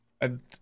and-